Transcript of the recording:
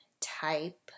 type